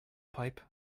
pipe